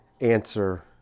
answer